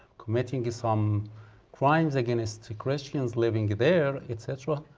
committing some crimes against christians living there et cetera.